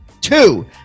two